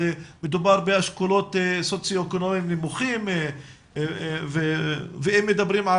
מדובר באשכולות סוציו אקונומיים נמוכים ואם מדברים על